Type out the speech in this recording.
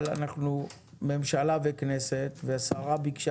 אבל אנחנו ממשלה וכנסת והשרה ביקשה